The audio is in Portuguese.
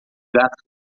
gato